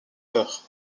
heures